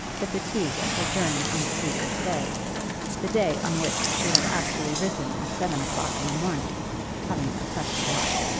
the fatigue of her journey on the previous day the day on which she had actually risen at seven o'clock in the morning having oppressed her much.